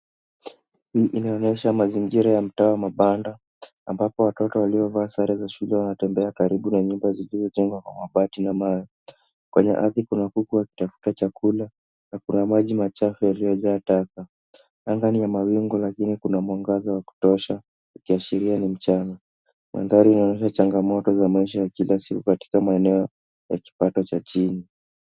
Hii inaonesha mazingira ya mtaa wa mabanda ambapo watoto waliovaa sare za shule wanatembea karibu na nyumba zilizojengwa kwa mabati na mawe. Kwenye ardhi kuna kuku akitafuta chakula na kuna maji machafu yaliyojaa taka. Anga ni ya mawingu lakini kuna mwangaza wa kutosha ikiashiria ni mchana. Mandhari inaonesha changamoto za maisha ya kila siku katika maeneo ya kipato cha chini.